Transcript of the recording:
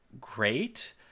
great